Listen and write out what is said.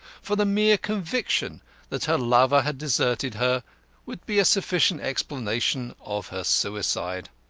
for the mere conviction that her lover had deserted her would be a sufficient explanation of her suicide.